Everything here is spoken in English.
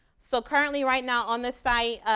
so currently, right now, on the site,